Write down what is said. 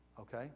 Okay